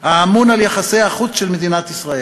האמון על יחסי החוץ של מדינת ישראל.